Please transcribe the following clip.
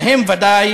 להם ודאי